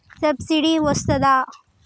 Subsidy వస్తదా?